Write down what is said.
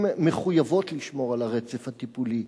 מחויבות לשמור על הרצף הטיפולי,